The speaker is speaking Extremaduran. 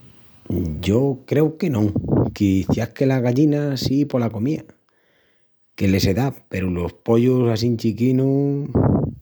Yo creu que non, quiciás que las gallinas sí pola comía que le se da peru los pollus assín chiquinus…